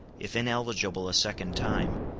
if ineligible a second time,